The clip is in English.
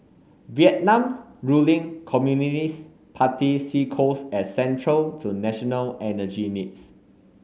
Vietnam's ruling Communist Party see coals as central to national energy needs